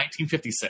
1956